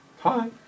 Hi